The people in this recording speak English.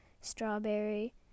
strawberry